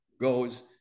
goes